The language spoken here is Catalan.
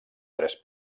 tres